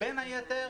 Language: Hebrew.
בין היתר,